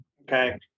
Okay